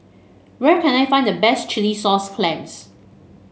where can I find the best Chilli Sauce Clams